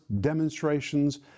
demonstrations